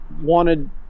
wanted